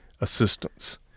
assistance